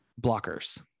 blockers